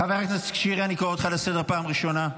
חבר הכנסת שירי, אני קורא אותך לסדר פעם ראשונה.